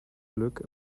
glück